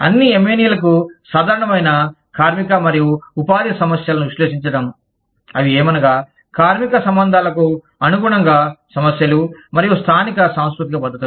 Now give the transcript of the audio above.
అన్ని M N E లకు సాధారణమైన కార్మిక మరియు ఉపాధి సమస్యలను విశ్లేషించడం అవి ఏమనగా కార్మిక సంబంధాలకు అనుగుణంగా సమస్యలు మరియు స్థానిక సాంస్కృతిక పద్ధతులు